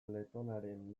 letonaren